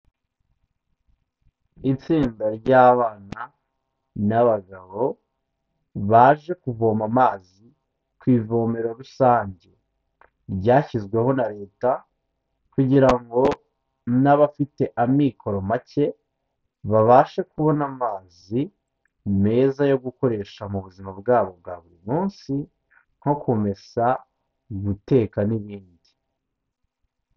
Itsinda ry'abana n'abagabo baje kuvoma amazi ku ivomero rusange, ryashyizweho na leta kugira ngo n'abafite amikoro make babashe kubona amazi meza, yo gukoresha mu buzima bwabo bwa buri munsi nko kumesa, guteka n'ibindi.